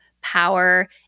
power